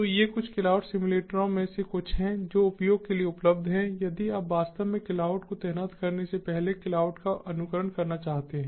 तो ये कुछ क्लाउड सिम्युलेटरों में से कुछ हैं जो उपयोग के लिए उपलब्ध हैं यदि आप वास्तव में क्लाउड को तैनात करने से पहले क्लाउड का अनुकरण करना चाहते हैं